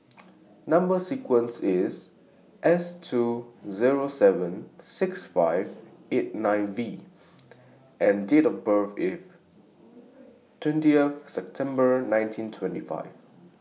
Number sequence IS S two Zero seven six five eight nine V and Date of birth IS twenty September nineteen twenty five